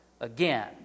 again